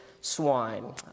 swine